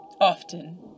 Often